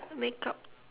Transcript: makeup